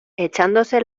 echándose